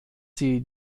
sie